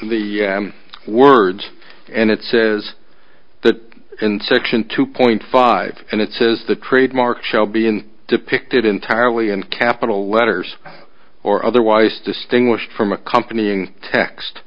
the words and it says that in section two point five and it says the trademark shall be in depicted entirely in capital letters or otherwise distinguished from accompanying text